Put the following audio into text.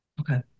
Okay